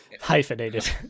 Hyphenated